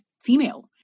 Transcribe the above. female